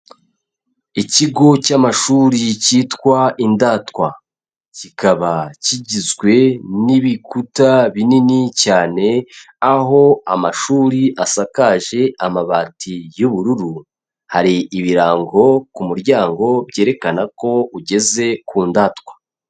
Ikigo cy'amashuri cyitwa Indatwa. Kikaba kigizwe n'ibikuta binini cyane aho amashuri asakaje amabati y'ubururu, hari ibirango ku muryango byerekana ko ugeze ku Ndatwa.